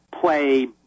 play